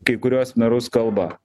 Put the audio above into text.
kai kuriuos merus kalba